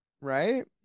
right